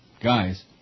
guys